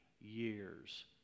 years